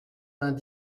vingt